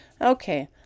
Okay